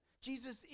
Jesus